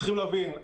צריך להבין,